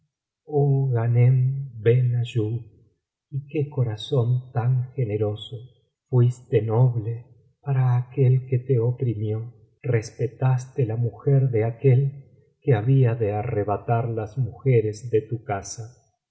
ben ayub y qué corazón tan geneneroso fuiste noble para aquel quo te oprimió respetaste la mujer de aquel que había de arrebatar las mujeres de tu casa